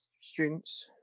students